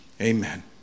Amen